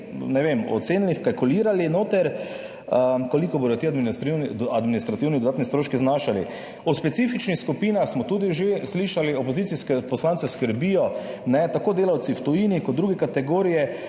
ne vem, ocenili, vkalkulirali, koliko bodo ti dodatni administrativni stroški znašali? O specifičnih skupinah smo tudi že slišali. Opozicijske poslance skrbijo tako delavci v tujini kot druge kategorije